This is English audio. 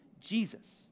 Jesus